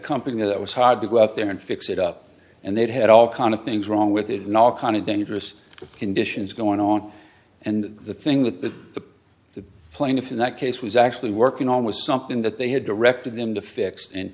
company that was hired to go out there and fix it up and they'd had all kind of things wrong with it nor kind of dangerous conditions going on and the thing that the plaintiff in that case was actually working on was something that they had directed them to fix and